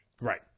Right